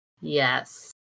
Yes